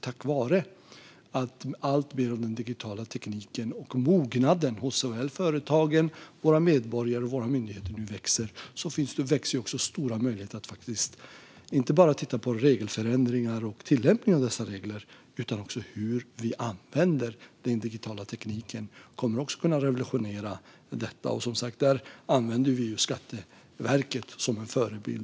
Tack vare att alltmer av den digitala tekniken och mognaden hos såväl våra företagare som medborgare och myndigheter nu växer finns också stora möjligheter att titta på inte bara regelförändringar och tillämpning av dessa regler; hur vi använder den digitala tekniken kommer också att kunna revolutionera detta. Där använder vi som sagt Skatteverket som förebild.